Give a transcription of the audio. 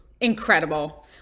incredible